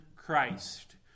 Christ